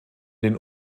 den